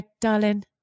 darling